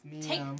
Take